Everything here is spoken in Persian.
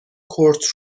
کورت